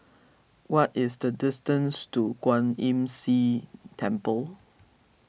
what is the distance to Kwan Imm See Temple